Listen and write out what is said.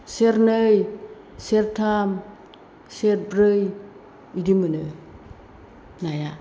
सेरनै सेरथाम सेरब्रै बेदि मोनो नाया